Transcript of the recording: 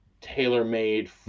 tailor-made